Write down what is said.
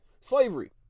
Slavery